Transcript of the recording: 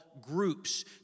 groups